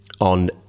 on